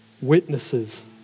witnesses